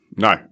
No